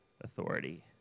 authority